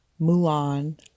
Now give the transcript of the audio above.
Mulan